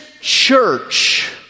church